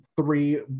three